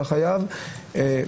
אתה חייב מכרז.